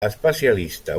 especialista